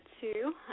Two